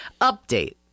Update